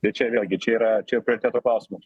ir čia vėlgi čia yra čia jau prioriteto klausimas